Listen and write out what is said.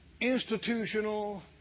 institutional